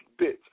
bitch